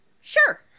sure